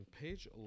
page